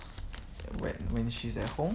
when when she's at home